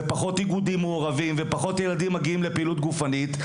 פחות איגודים מעורבים ופחות ילדים שמגיעים לפעילות גופנית.